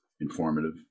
informative